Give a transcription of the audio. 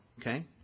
okay